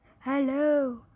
Hello